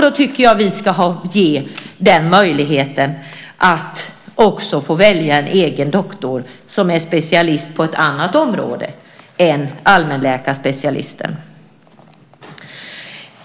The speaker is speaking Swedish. Då tycker jag att vi ska ge möjligheten att också få välja en egen doktor som är specialist på ett annat område än allmänläkarspecialisten.